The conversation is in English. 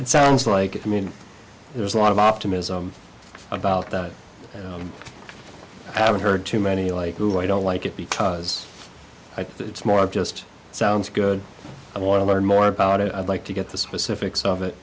it sounds like it i mean there's a lot of optimism about that i haven't heard too many like you i don't like it because i think it's more of just sounds good i want to learn more about it i'd like to get the specifics of it